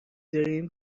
داریم